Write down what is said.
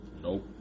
Nope